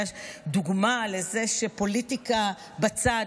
היה דוגמה לזה שפוליטיקה בצד,